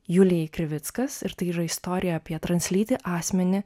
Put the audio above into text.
julijai krivickas ir tai yra istorija apie translytį asmenį